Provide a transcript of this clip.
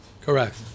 Correct